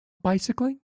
bicycling